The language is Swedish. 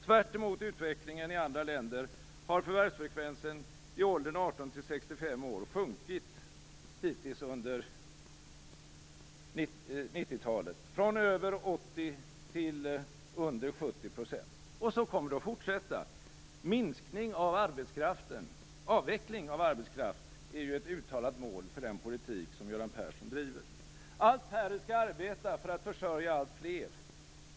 Tvärt emot utvecklingen i andra länder har förvärvsfrekvensen i åldrarna 18-65 år hittills sjunkit under 90-talet, från över 80 % till under 70 %. Och så kommer det att fortsätta. Avveckling av arbetskraft är ju ett uttalat mål för den politik som Göran Persson driver. Allt färre skall arbeta för att försörja alltfler.